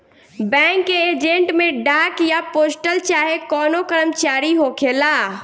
bank के agent में डाक या पोस्टल चाहे कवनो कर्मचारी होखेला